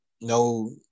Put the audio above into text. no